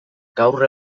gaur